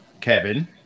Kevin